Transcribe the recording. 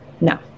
No